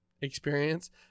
experience